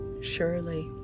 Surely